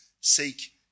seek